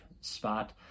spot